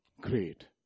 Great